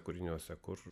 kūriniuose kur